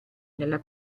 nella